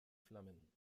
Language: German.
flammen